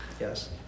Yes